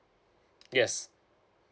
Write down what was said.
yes